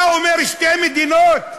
אתה אומר שתי מדינות.